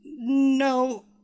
No